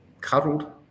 cuddled